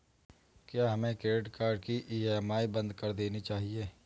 क्या हमें credit card की ई.एम.आई बंद कर देनी चाहिए?